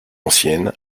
ancienne